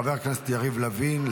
חבר הכנסת יריב לוין,